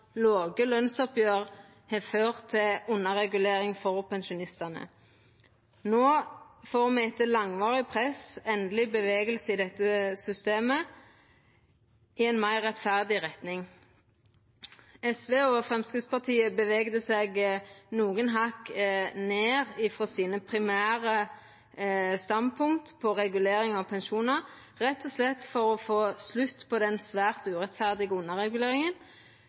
låge lønsoppgjer har ført til underregulering for pensjonistane. No får me etter langvarig press endeleg bevegelse i dette systemet, i ei meir rettferdig retning. SV og Framstegspartiet bevega seg nokre hakk ned frå sine primære standpunkt på regulering av pensjonar, rett og slett for å få slutt på den svært urettferdige